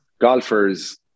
golfers